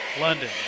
London